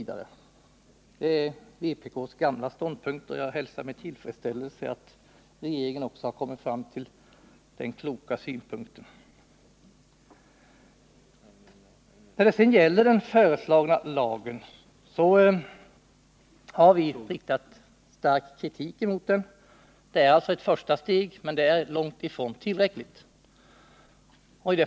Detta är vpk:s gamla ståndpunkter, och jag hälsar med tillfredsställelse att regeringen också har kommit fram till den kloka uppfattningen. När det sedan gäller den föreslagna lagen har vi riktat stark kritik mot den. Den är ett första steg, men det är långt ifrån tillräckligt.